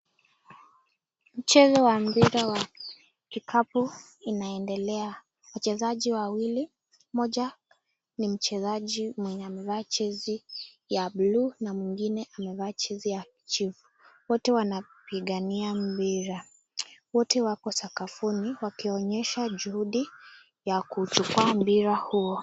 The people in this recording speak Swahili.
Mchezo wa mpira wa kikapu inaendelea mmoja ni mchezaji mwenye amevaa jezi ya buluu na mwingine amevaa jezi ya kijivu, wote wanapigania mpira, wote wako sakafuni wakionyesha juhudi ya kuchukua mpira huo.